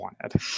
wanted